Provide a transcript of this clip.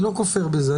אני לא כופר בזה,